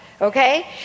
okay